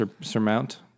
surmount